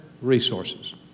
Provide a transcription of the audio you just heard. resources